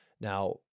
Now